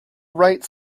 right